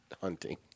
hunting